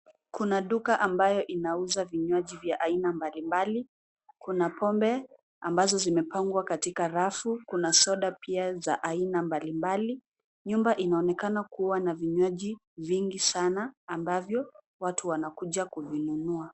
Kuna duka ambayo inauza vinywaji vya aina mbalimbali kuna bombe ambazo zimepangwa katika rafu kuna soda pia za aina mbalimbali, nyumba inaonekana kuwa na vinywaji vingi sana ambavyo watu wanakuja kuvinunua.